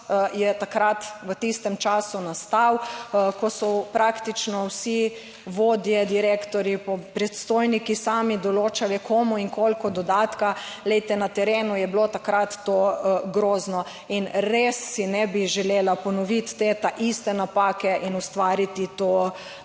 je takrat v tistem času nastal, ko so praktično vsi vodje, direktorji, predstojniki sami določali, komu in koliko dodatka. Glejte, na terenu je bilo takrat to grozno in res si ne bi želela ponoviti te iste napake in ustvariti to